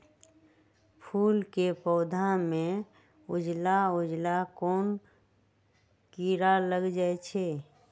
फूल के पौधा में उजला उजला कोन किरा लग जई छइ?